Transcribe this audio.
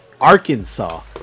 Arkansas